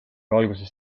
alguses